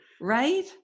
right